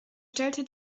stellte